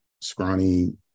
scrawny